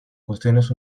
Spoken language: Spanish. cuestiones